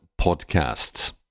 Podcasts